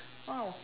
!wow!